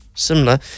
similar